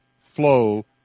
flow